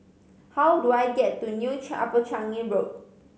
how do I get to New Upper Changi Road